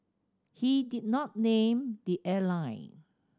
he did not name the airline